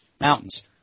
mountains